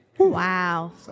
Wow